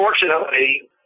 Unfortunately